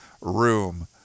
room